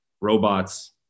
robots